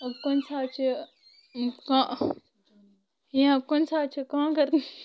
کُنہِ ساتہٕ چھِ کانٛہہ یا کُنہِ ساتہِ چھِ کانگٕر